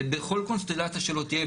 בכל קונסטלציה שלא תהיה,